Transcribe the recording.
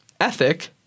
ethic